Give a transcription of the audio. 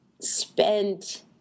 spent